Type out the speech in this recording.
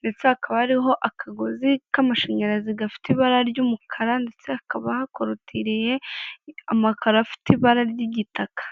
ndetse hakaba ari akagozi k'amashanyarazi gafite ibara ry'umukara ndetse hakaba hakorutiriye, amakaro afite ibara ry'igitaka.